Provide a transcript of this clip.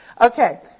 Okay